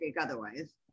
otherwise